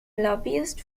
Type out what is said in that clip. lobbyist